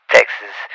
Texas